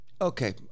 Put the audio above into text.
Okay